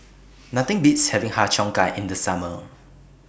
Nothing Beats having Har Cheong Gai in The Summer